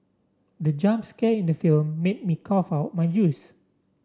the jump scare in the film made me cough out my juice